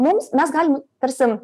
mums mes galim tarsi